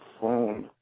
phone